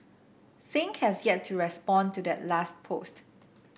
Singh has yet to respond to that last post